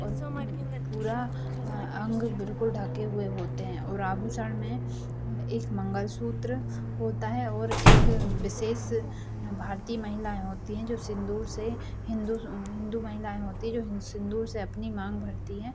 और पूरा अंग बिल्कुल ढके हुए होते हैं और आभूषण में एक मंगलसूत्र होता है और एक विशेष भारतीय महिलाएँ होती हैं जो सिन्दूर से हिन्दू हिन्दू महिलाएँ होती हैं जो सिन्दूर से अपनी माँग भरती हैं